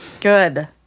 Good